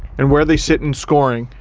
and where they sit in scoring,